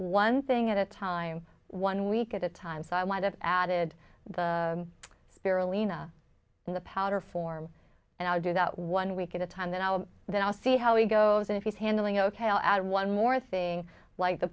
one thing at a time one week at a time so why the added spirulina in the powder form and i'll do that one week at a time then i'll then i'll see how he goes and if he's handling ok i'll add one more thing like the